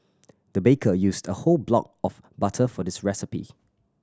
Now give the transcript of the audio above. the baker used a whole block of butter for this recipe